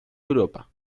europa